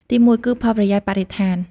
ទីមួយ គឺផលប្រយោជន៍បរិស្ថាន។